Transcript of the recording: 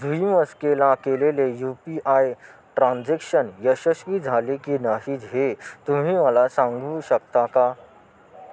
जुई म्हस्केला केलेले U P I transaction यशस्वी झाले की नाही हे तुम्ही मला सांगू शकता का